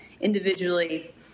individually